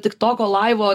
tik toko laivo